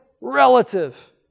relative